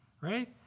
right